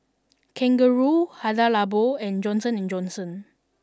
Kangaroo Hada Labo and Johnson and Johnson